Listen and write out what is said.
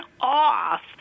off